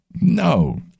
No